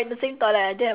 ya